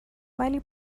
ولی